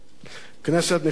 כנסת נכבדה,